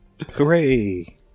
Hooray